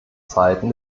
zeiten